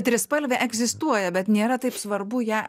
trispalvė egzistuoja bet nėra taip svarbu ją